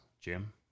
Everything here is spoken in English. Jim